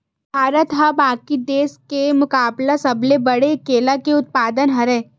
भारत हा बाकि देस के मुकाबला सबले बड़े केला के उत्पादक हरे